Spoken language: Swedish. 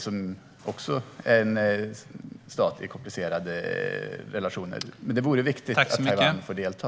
Det är också en stat med komplicerade relationer. Det är viktigt att Taiwan får delta.